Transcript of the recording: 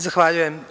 Zahvaljujem.